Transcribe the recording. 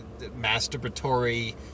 masturbatory